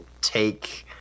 take